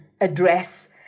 address